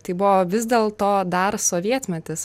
tai buvo vis dėlto dar sovietmetis